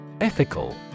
Ethical